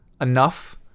enough